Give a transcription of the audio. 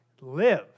live